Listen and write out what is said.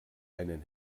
einen